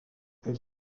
elle